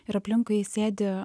ir aplinkui sėdi